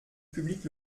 public